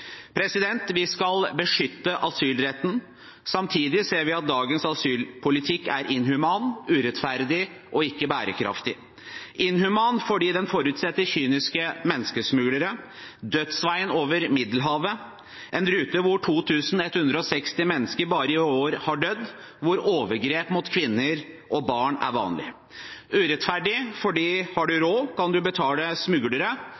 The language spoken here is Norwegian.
Vi skal beskytte asylretten. Samtidig ser vi at dagens asylpolitikk er inhuman, urettferdig og ikke bærekraftig. Inhuman er den fordi den forutsetter kyniske menneskesmuglere. Dødsveien over Middelhavet er en rute hvor 2 160 mennesker har dødd bare i år, og hvor overgrep mot kvinner og barn er vanlig. Urettferdig er den fordi har man råd, kan man betale smuglere